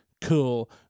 cool